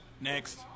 Next